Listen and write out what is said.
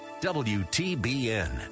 WTBN